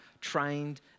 trained